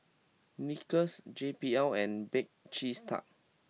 Snickers J B L and Bake Cheese Tart